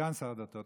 סגן שר הדתות.